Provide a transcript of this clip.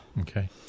Okay